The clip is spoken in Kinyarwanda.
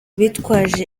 bitwaje